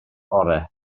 orau